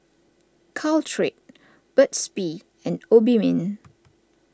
Caltrate Burt's Bee and Obimin